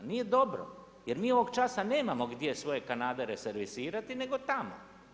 Nije dobro jer mi ovog časa nemamo gdje svoje kanadere servisirati nego tamo.